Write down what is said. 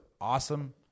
awesome